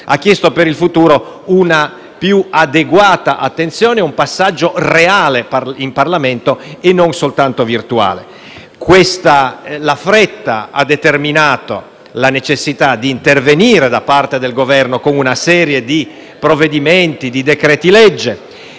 ha chiesto una più adeguata attenzione e un passaggio reale in Parlamento, non soltanto virtuale. La fretta ha determinato la necessità di intervenire, da parte del Governo, con una serie di provvedimenti e di decreti-legge;